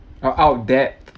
oh out that